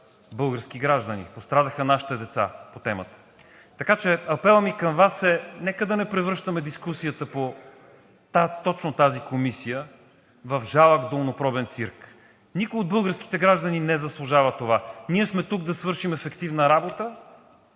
български граждани, пострадаха нашите деца по темата. Така че апелът ми към Вас е: нека да не превръщаме дискусията по – да, точно тази комисия, в жалък долнопробен цирк! Никой от българските граждани не заслужава това. Ние сме тук да свършим ефективна работа